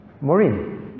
Maureen